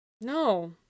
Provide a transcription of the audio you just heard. No